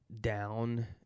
down